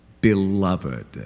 beloved